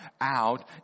out